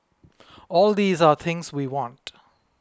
all these are things we want